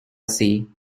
see